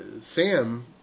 Sam